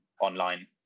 online